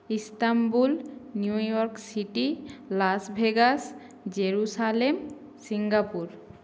Istanbul New York City Las Vegas Jerusalem Singapore